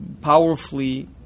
Powerfully